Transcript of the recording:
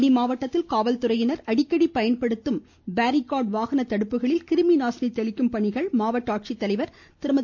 தேனி மாவட்டத்தில் காவல்துறையினர் அடிக்கடி பயன்படுத்தும் பேரிகாட் வாகன தடுப்புகளில் கிருமிநாசினி தெளிக்கும் பணி மாவட்ட ஆட்சித்தலைவர் திருமதி